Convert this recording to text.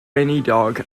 weinidog